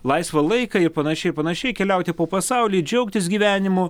laisvą laiką ir panašiai panašiai keliauti po pasaulį džiaugtis gyvenimu